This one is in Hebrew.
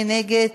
מי נגד?